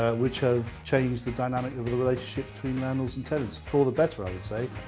ah which have changed the dynamic of the relationship between landlords and tenants for the better i would say.